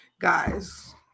Guys